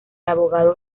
abogado